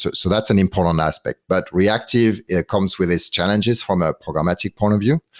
so so that's an important aspect. but reactive, it comes with its challenges from a programmatic point of view.